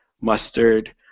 mustard